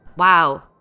wow